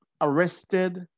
arrested